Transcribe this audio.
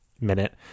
minute